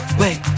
wait